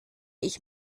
ich